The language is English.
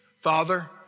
Father